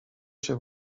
się